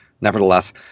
Nevertheless